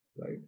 Right